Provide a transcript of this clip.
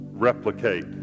Replicate